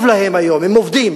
טוב להם היום, הם עובדים.